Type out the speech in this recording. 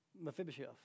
Mephibosheth